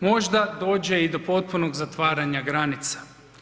Možda dođe i do potpunog zatvaranja granica.